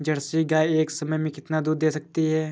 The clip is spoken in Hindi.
जर्सी गाय एक समय में कितना दूध दे सकती है?